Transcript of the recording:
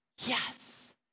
yes